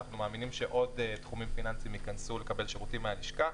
אנחנו מאמינים שעוד תחומים פיננסיים יכנסו לקבל שירותים מהשלכה.